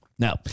Now